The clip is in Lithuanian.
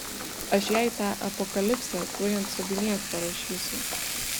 aš jai tą apokalipsę tuoj ant subinės parašysiu